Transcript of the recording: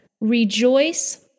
Rejoice